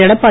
Edappadi